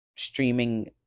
streaming